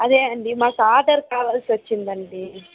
అదే అండి మాకు ఆర్డర్ కావాల్సి వచ్చిందండి